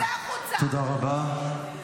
תודה רבה.